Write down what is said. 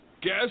guess